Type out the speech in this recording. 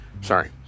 Sorry